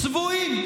צבועים.